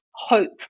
hope